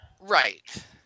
Right